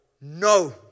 No